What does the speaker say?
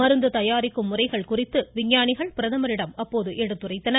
மருந்து தயாரிக்கும் முறைகள் குறித்து விஞ்ஞானிகள் பிரதமரிடம் அப்போது எடுத்துரைத்தனர்